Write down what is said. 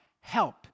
help